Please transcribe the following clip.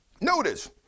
Notice